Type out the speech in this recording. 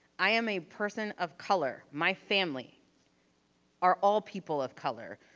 i am a person of color. my family are all people of color.